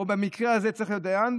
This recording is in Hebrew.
במקרה הזה צריך להיות דיין,